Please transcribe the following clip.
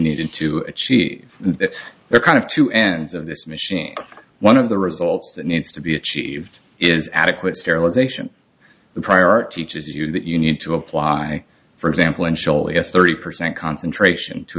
needed to achieve the kind of two ends of this machine one of the results that needs to be achieved is adequate sterilization the prior art teaches you that you need to apply for example in sholay a thirty percent concentration to